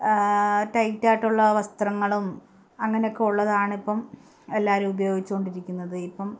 ടൈറ്റായിട്ടുള്ള വസ്ത്രങ്ങളും അങ്ങനെയൊക്കെ ഉള്ളതാണിപ്പം എല്ലാവരും ഉപയോഗിച്ചു കൊണ്ടിരിക്കുന്നത് ഇപ്പം